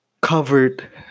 covered